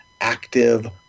active